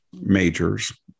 majors